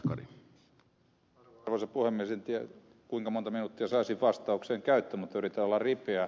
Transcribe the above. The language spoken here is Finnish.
en tiedä kuinka monta minuuttia saisin vastaukseen käyttää mutta yritän olla ripeä